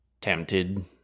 tempted